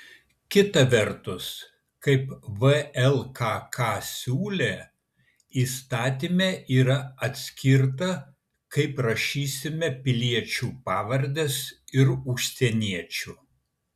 kita vertus kaip vlkk siūlė įstatyme yra atskirta kaip rašysime piliečių pavardes ir užsieniečių